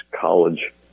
college